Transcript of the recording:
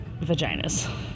vaginas